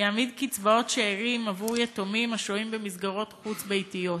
יעמיד קצבאות שאירים עבור יתומים השוהים במסגרות חוץ-ביתיות.